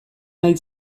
nahi